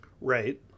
Right